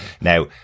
Now